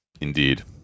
Indeed